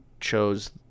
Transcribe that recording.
chose